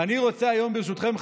אני רוצה היום ברשותכם,